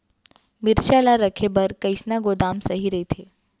मिरचा ला रखे बर कईसना गोदाम सही रइथे?